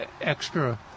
extra